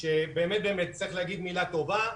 שבאמת צריך להגיד מילה טובה.